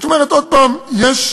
זאת אומרת, עוד הפעם, יש,